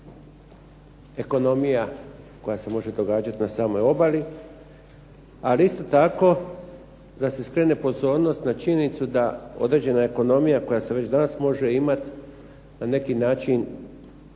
ekonomija koja se može događati na samoj obali, ali isto tako da se skrene pozornost na činjenicu da određena ekonomija koja se već danas može imati, na neki način